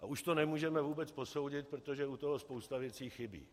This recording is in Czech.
A už to nemůžeme vůbec posoudit, protože u toho spousta věcí chybí.